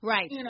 Right